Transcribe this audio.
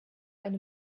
eine